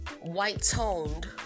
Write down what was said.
white-toned